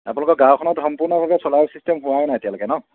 আপোনোকৰ গাঁওখনত সম্পূৰ্ণভাৱে চ'লাৰৰ ছিচটেম হোৱা নাই এতিয়ালৈকে ন